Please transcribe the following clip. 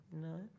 No